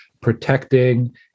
protecting